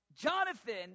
Jonathan